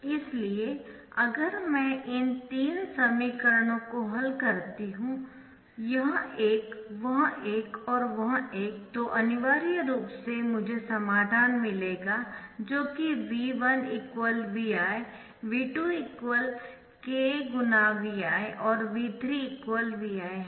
इसलिए अगर मैं इन तीन समीकरणों को हल करती हूं यह एक वह एक और वह एक तो अनिवार्य रूप से मुझे समाधान मिलेगा जो कि V1 Vi V2 k×Vi और V3 Vi है